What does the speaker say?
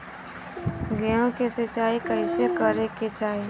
गेहूँ के सिंचाई कइसे करे के चाही?